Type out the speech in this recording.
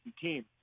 team